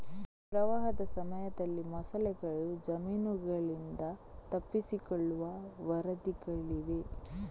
ಪ್ರವಾಹದ ಸಮಯದಲ್ಲಿ ಮೊಸಳೆಗಳು ಜಮೀನುಗಳಿಂದ ತಪ್ಪಿಸಿಕೊಳ್ಳುವ ವರದಿಗಳಿವೆ